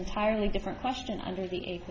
entirely different question under the